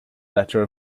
letter